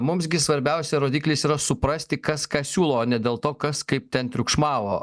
mums gi svarbiausia rodiklis yra suprasti kas ką siūlo ne dėl to kas kaip ten triukšmavo